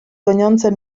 goniące